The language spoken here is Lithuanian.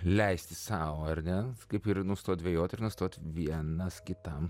leisti sau ar ne kaip ir nustot dvejoti ir nustot vienas kitam